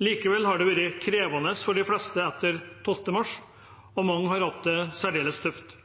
Likevel har det vært krevende for de fleste etter 12. mars, og mange har hatt det særdeles tøft.